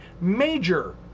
major